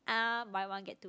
uh buy one get two